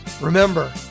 Remember